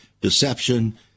deception